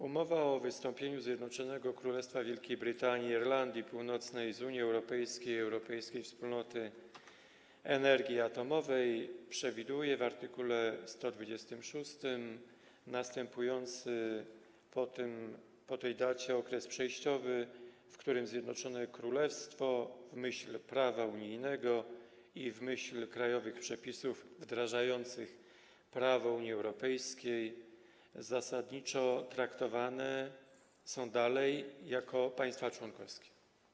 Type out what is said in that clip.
Umowa o wystąpieniu Zjednoczonego Królestwa Wielkiej Brytanii i Irlandii Północnej z Unii Europejskiej i Europejskiej Wspólnoty Energii Atomowej przewiduje w art. 126 następujący po tym okres przejściowy, w którym Zjednoczone Królestwo w myśl prawa unijnego i w myśl krajowych przepisów wdrażających prawo Unii Europejskiej zasadniczo traktowane jest dalej jak państwo członkowskie.